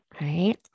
right